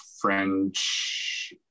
French